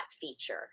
feature